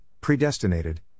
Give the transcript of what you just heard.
predestinated